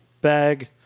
bag